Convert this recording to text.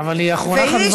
אבל היא אחרונה חביבה,